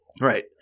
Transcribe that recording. Right